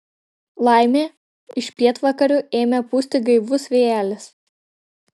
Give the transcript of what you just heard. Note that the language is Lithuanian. laimė iš pietvakarių ėmė pūsti gaivus vėjelis